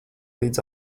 līdz